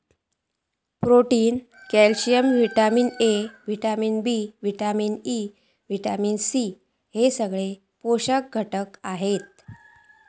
protein, calcium, vitamin A, vitamin B, vitamin E, vitamin C हे सगळे पोषक घटक आसत